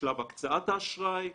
שלב הקצאת האשראי,